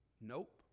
Nope